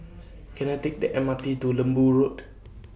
Can I Take The M R T to Lembu Road